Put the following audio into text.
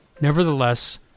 Nevertheless